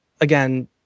again